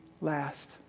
last